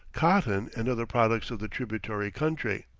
cotton, and other products of the tributary country.